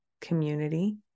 community